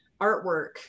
artwork